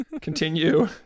continue